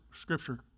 scripture